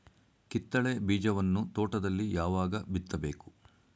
ಕಿತ್ತಳೆ ಬೀಜವನ್ನು ತೋಟದಲ್ಲಿ ಯಾವಾಗ ಬಿತ್ತಬೇಕು?